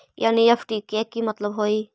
NEFT के कि मतलब होइ?